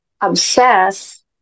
obsess